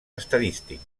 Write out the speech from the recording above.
estadístics